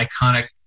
iconic